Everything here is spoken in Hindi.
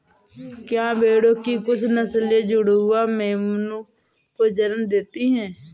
क्या भेड़ों की कुछ नस्लें जुड़वा मेमनों को जन्म देती हैं?